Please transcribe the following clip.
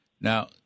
Now